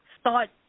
start